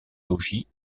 logis